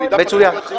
זה מידע פתוח לציבור.